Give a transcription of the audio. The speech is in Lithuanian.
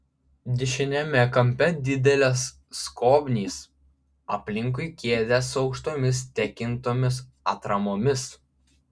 dešiniame kampe didelės skobnys aplinkui kėdės su aukštomis tekintomis atramomis